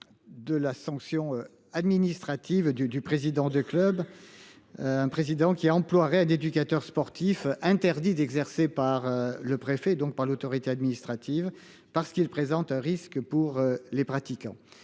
De la sanction administrative du, du président du club. Un président qui emploie réelle d'éducateur sportif interdit d'exercer par le préfet donc par l'autorité administrative parce qu'il présente un risque pour les pratiquants.